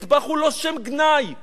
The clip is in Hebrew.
מטבח הוא לא שם גנאי.